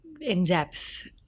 in-depth